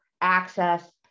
access